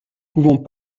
pouvons